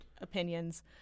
opinions